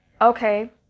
Okay